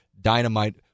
dynamite